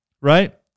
Right